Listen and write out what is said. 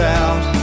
out